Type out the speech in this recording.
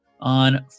on